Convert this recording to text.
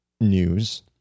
news